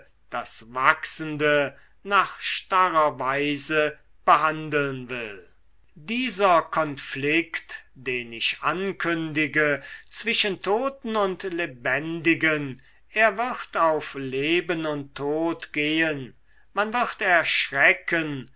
das wachsende nach starrer weise behandeln will dieser konflikt den ich ankündige zwischen toten und lebendigen er wird auf leben und tod gehen man wird erschrecken